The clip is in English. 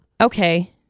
Okay